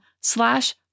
slash